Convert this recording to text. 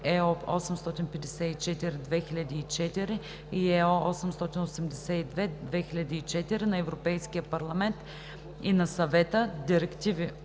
№ 854/2004 и (ЕО) № 882/2004 на Европейския парламент и на Съвета, директиви